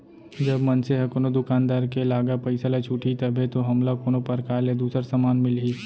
जब मनसे ह कोनो दुकानदार के लागा पइसा ल छुटही तभे तो हमला कोनो परकार ले दूसर समान मिलही